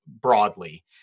broadly